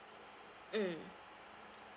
mm